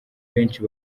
benshi